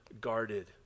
guarded